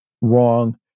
wrong